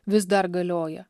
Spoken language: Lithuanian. vis dar galioja